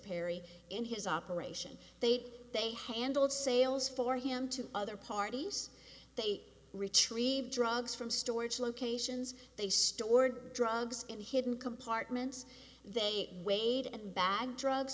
perry in his operation they they handled sales for him to other parties they retrieved drugs from storage locations they stored drugs in hidden compartments they weighed and bagged drugs